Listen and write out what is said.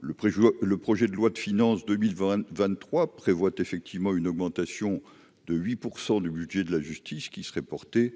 le projet de loi de finances 2020 23 prévoit effectivement une augmentation de 8 % du budget de la justice qui serait porté